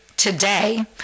today